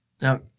Now